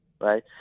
right